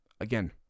Again